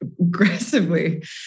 aggressively